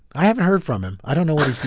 i haven't heard from him. i don't know what